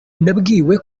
nabwiwe